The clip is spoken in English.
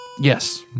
Yes